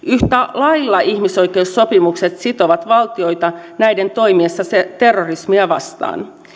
lailla ihmisoikeussopimukset sitovat valtioita näiden toimiessa terrorismia vastaan